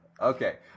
Okay